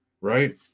right